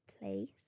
place